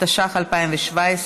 התשע"ח 2017,